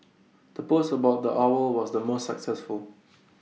the post about the owl was the most successful